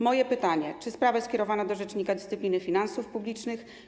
Moje pytanie: Czy sprawę skierowano do rzecznika dyscypliny finansów publicznych?